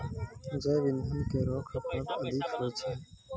जैव इंधन केरो खपत अधिक होय छै